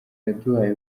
yaduhaye